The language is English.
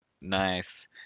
Nice